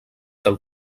del